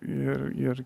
ir ir